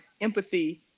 empathy